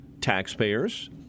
taxpayers